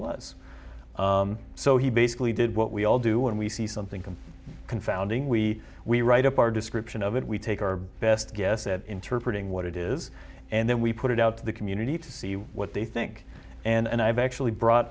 was so he basically did what we all do when we see something come confounding we we write up our description of it we take our best guess at interpret what it is and then we put it out to the community to see what they think and i've actually brought